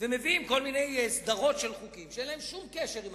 ומביאים כל מיני סדרות של חוקים שאין להם שום קשר לתקציב.